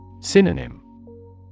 Synonym